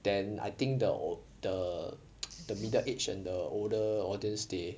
then I think the uh the the middle age and the older audience they